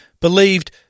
believed